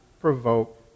provoke